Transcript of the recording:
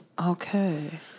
Okay